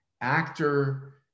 actor